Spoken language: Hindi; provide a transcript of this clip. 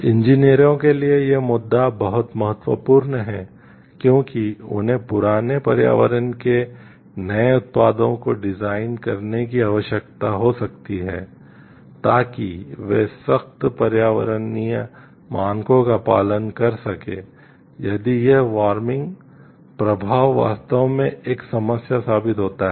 इंजीनियरों के लिए यह मुद्दा बहुत महत्त्वपूर्ण है क्योंकि उन्हें पुराने पर्यावरण के नए उत्पादों को डिजाइन करने की आवश्यकता हो सकती है ताकि वे सख्त पर्यावरणीय मानकों का पालन कर सकें यदि यह वार्मिंग प्रभाव वास्तव में एक समस्या साबित होता है